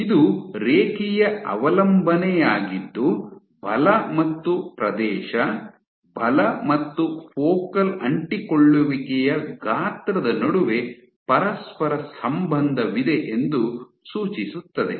ಇದು ರೇಖೀಯ ಅವಲಂಬನೆಯಾಗಿದ್ದು ಬಲ ಮತ್ತು ಪ್ರದೇಶ ಬಲ ಮತ್ತು ಫೋಕಲ್ ಅಂಟಿಕೊಳ್ಳುವಿಕೆಯ ಗಾತ್ರದ ನಡುವೆ ಪರಸ್ಪರ ಸಂಬಂಧವಿದೆ ಎಂದು ಸೂಚಿಸುತ್ತದೆ